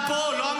סליחה, לא.